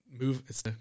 Move